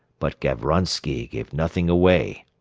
but gavronsky gave nothing away.